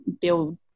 build